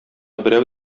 берәү